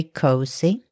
cozy